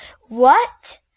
What